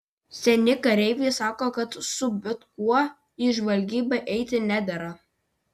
seni kareiviai sako kad su bet kuo į žvalgybą eiti nedera